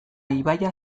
ibaia